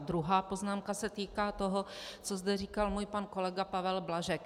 Druhá poznámka se týká toho, co zde říkal můj pan kolega Pavel Blažek.